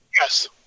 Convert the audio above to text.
yes